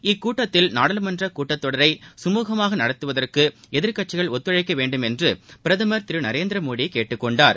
இக்கூட்டத்தில் நாடாளுமன்ற கூட்டத் தொடரை கமூகமாக நடத்துவதற்கு எதிர்க்கட்சிகள் ஒத்துழைக்க வேண்டும் என்று பிரதமர் திரு நரேந்திரமோடி கேட்டுக் கொண்டார்